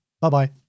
Bye-bye